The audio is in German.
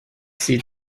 sieht